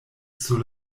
sur